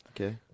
Okay